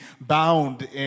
bound